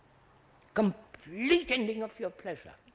complete ending of your pleasure,